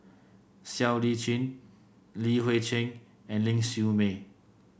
Siow Lee Chin Li Hui Cheng and Ling Siew May